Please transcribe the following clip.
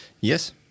Yes